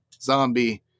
zombie